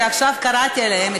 שעכשיו הקראתי עליהם,